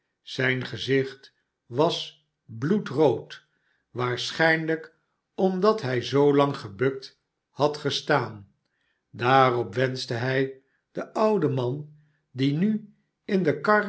zijn gezicht was bloedrood waarschijnlijk omdat hij zoolang gebukt had gestaan daarop wenschte hij den ouden man die nu in de